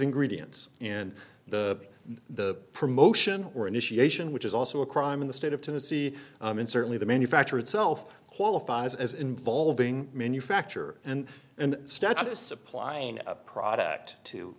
ingredients and the the promotion or initiation which is also a crime in the state of tennessee and certainly the manufacturer itself qualifies as involving manufacture and and stuck to supplying a product to